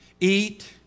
Eat